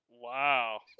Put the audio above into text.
wow